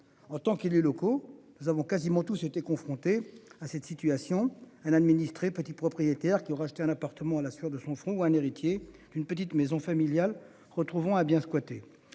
autant qu'il les locaux. Nous avons quasiment tous été confronté à cette situation un administré petits propriétaires qui aura acheté un appartement à la sueur de son front ou un héritier d'une petite maison familiale retrouvons à bien ce